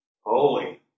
holy